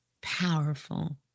powerful